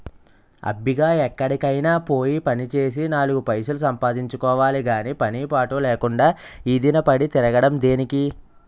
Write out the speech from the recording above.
అబ్బిగా ఎక్కడికైనా పోయి పనిచేసి నాలుగు పైసలు సంపాదించుకోవాలి గాని పని పాటు లేకుండా ఈదిన పడి తిరగడం దేనికి?